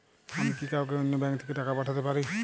আমি কি কাউকে অন্য ব্যাংক থেকে টাকা পাঠাতে পারি?